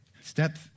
Step